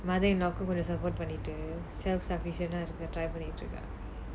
mother-in-law support பண்ணிட்டு:pannittu self sufficient eh இருக்க:irukka try பண்ணிட்டு இருக்க:pannittu irukka